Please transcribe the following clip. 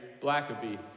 Blackaby